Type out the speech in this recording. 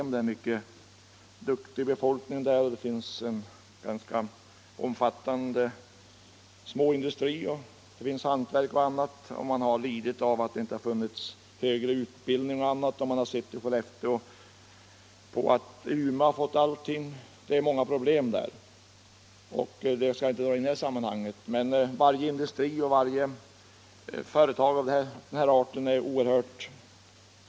Där finns en mycket duktig befolkning, en ganska omfattande småindustri, hantverk och annat. Men man har lidit av att där inte funnits möjligheter till högre utbildning — man har kunnat konstatera — Nr 73 att Umeå fått allting. Varje industri och varje företag är omistliga och Torsdagen den nödvändiga. Därför har man på många håll sett räddningen i Statsföretag.